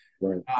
Right